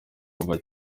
kuva